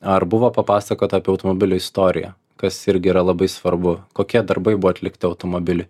ar buvo papasakota apie automobilio istoriją kas irgi yra labai svarbu kokie darbai buvo atlikti automobiliui